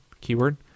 keyword